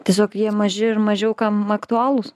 tiesiog jie maži ir mažiau kam aktualūs